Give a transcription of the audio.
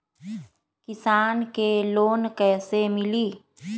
किसान के लोन कैसे मिली?